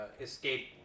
escape